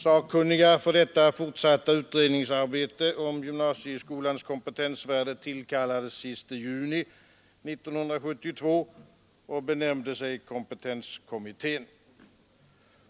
Sakkunniga för detta fortsatta utredningsarbete om gymnasieskolans kompetensvärde tillkallades den 30 juni 1972 och benämnde sig kompetenskommittén.